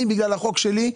אני, בגלל החוק שלי,